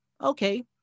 okay